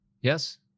Yes